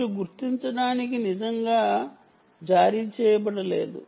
మీరు గుర్తించడానికి నిజంగా జారీ చేయబడలేదు